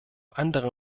andere